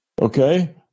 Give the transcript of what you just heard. Okay